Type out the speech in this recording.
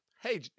hey